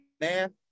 man